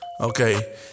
Okay